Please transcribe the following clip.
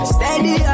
Steady